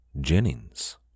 Jennings